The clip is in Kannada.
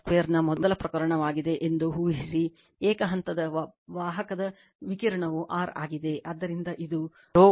ನ ಮೊದಲ ಪ್ರಕರಣವಾಗಿದೆ ಎಂದು ಊಹಿಸಿ ಏಕ ಹಂತದ ವಾಹಕದ ವಿಕಿರಣವು R ಆಗಿದೆ ಆದ್ದರಿಂದ ಇದು ರೋ l pi r 2 ಆಗಿರುತ್ತದೆ